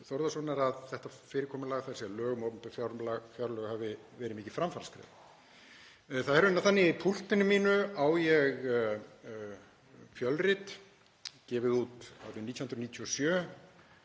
Þórðarsonar að þetta fyrirkomulag, þ.e. lög um opinber fjárlög, hafi verið mikið framfaraskref. Það er raunar þannig að í púltinu mínu á ég fjölrit, gefið út árið 1997,